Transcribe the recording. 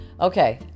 Okay